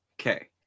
Okay